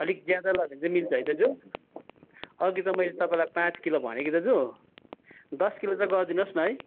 अलिक ज्यादा लग्यो भने चाहिँ मिल्छ है दाजु अघि त मैले तपाईँलाई पाँच किलो भनेँ कि दाजु दस किलो चाहिँ गरदिनुहोस् न है